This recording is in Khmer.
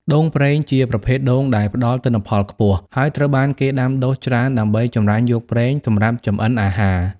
ដូងប្រេង ជាប្រភេទដូងដែលផ្តល់ទិន្នផលខ្ពស់ ហើយត្រូវបានគេដាំដុះច្រើនដើម្បីចម្រាញ់យកប្រេង សម្រាប់ចម្អិនអាហារ។